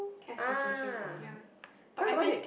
Cass was watching ya but I've been